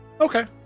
Okay